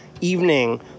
evening